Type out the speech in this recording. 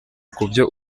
kubyo